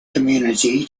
community